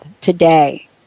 today